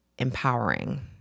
empowering